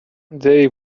they